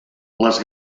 les